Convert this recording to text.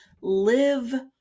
live